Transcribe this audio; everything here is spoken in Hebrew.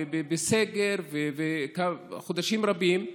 בסגר כבר חודשים רבים.